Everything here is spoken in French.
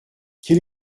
quel